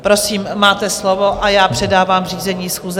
Prosím, máte slovo, a já předávám řízení schůze.